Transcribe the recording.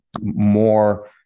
more